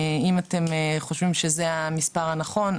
אם אתם חושבים שזה המספר הנכון,